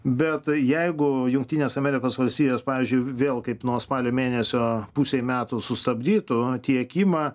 bet jeigu jungtinės amerikos valstijos pavyzdžiui vėl kaip nuo spalio mėnesio pusei metų sustabdytų tiekimą